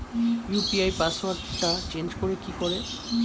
UPI পাসওয়ার্ডটা change করে কি করে?